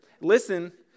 Listen